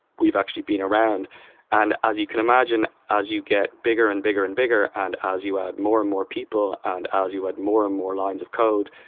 we've actually been around as you can imagine, as you get bigger and bigger and bigger, and as you add more and more people, and as you add more and more lines of code,